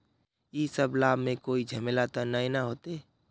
इ सब लाभ में कोई झमेला ते नय ने होते?